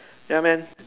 ya man